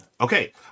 okay